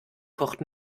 kocht